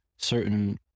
certain